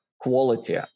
quality